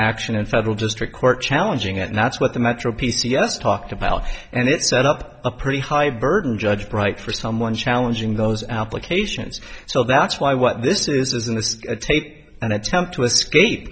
action in federal district court challenging it and that's what the metro p c s talked about and it set up a pretty high burden judge bright for someone challenging those applications so that's why what this is is in this tape an attempt to escape